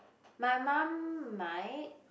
my mum might